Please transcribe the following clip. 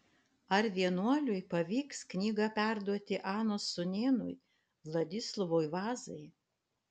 ar vienuoliui pavyks knygą perduoti anos sūnėnui vladislovui vazai